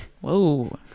Whoa